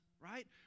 right